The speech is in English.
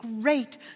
great